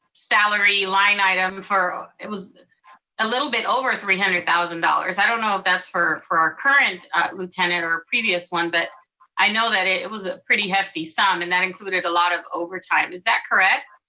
salary line item, it was a little bit over three hundred thousand dollars. i don't know if that's for for our current lieutenant, or a previous one, but i know that it was a pretty hefty sum, and that included a lot of overtime. is that correct?